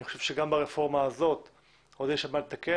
אני חושב שגם ברפורמה הזאת יש עוד מה לתקן